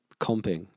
comping